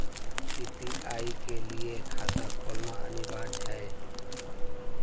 UPI के लिए खाता होना अनिवार्य है?